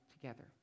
together